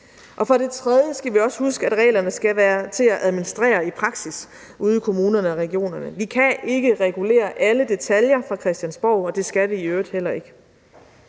Og for det tredje skal vi også huske, at reglerne skal være til at administrere i praksis ude i kommunerne og regionerne. Vi kan ikke regulere alle detaljer fra Christiansborg, og det skal vi i øvrigt heller ikke.